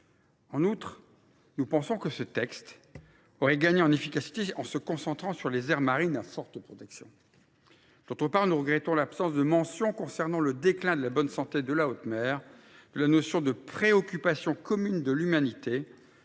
ailleurs, nous pensons que ce texte aurait gagné en efficacité s’il avait été centré sur les aires marines à forte protection. En outre, nous regrettons l’absence de mention, concernant le déclin de la bonne santé de la haute mer, de la notion de « préoccupation commune de l’humanité